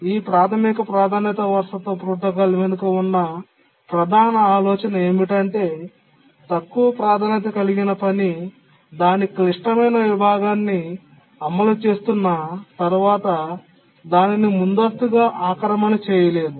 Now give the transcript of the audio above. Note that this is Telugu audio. ఈ ప్రాథమిక ప్రాధాన్యత వారసత్వ ప్రోటోకాల్ వెనుక ఉన్న ప్రధాన ఆలోచన ఏమిటంటే తక్కువ ప్రాధాన్యత కలిగిన పని దాని క్లిష్టమైన విభాగాన్ని అమలు చేస్తున్న తర్వాత దానిని ముందస్తుగా ఆక్రమణ చేయలేదు